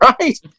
right